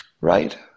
Right